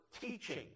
teaching